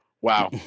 Wow